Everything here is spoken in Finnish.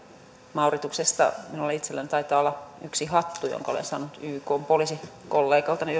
mauriutiuksesta minulla itselläni taitaa olla yksi hattu jonka olen saanut ykn poliisikollegaltani